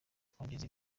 kwangiza